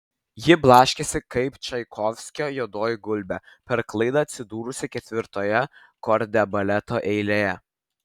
ji blaškėsi kaip čaikovskio juodoji gulbė per klaidą atsidūrusi ketvirtoje kordebaleto eilėje